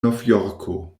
novjorko